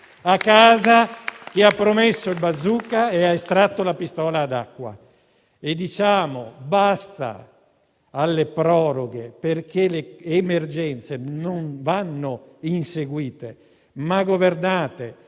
a casa chi ha promesso il *bazooka* e ha estratto la pistola ad acqua. Diciamo basta alle proroghe perché le emergenze non vanno inseguite ma governate.